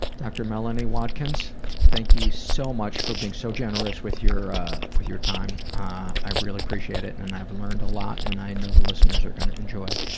dr. melanie watkins thank you so much for being so generous with your with your time. i really appreciate it. and and i've learned a lot and i know the listeners are going to enjoy